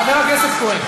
חבר הכנסת כהן,